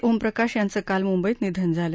ओम प्रकाश यांचं काल मुंबईत निधन झालं